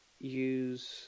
use